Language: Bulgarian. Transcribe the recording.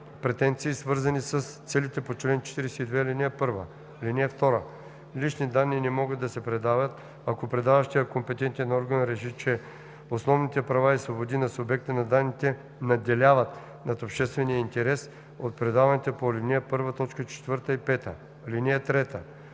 претенции, свързани с целите по чл. 42, ал. 1. (2) Лични данни не могат да се предават, ако предаващият компетентен орган реши, че основните права и свободи на субекта на данните надделяват над обществения интерес от предаването по ал. 1, т. 4 и 5. (3)